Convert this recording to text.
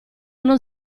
non